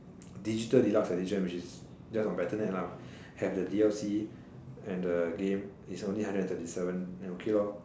digital deluxe edition which is just on battle net have the D_L_C and the game and is only hundred and thirty seven then okay